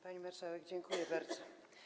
Pani marszałek, dziękuję bardzo.